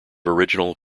original